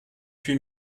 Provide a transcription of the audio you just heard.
huit